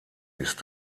ist